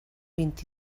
vint